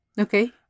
Okay